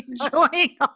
enjoying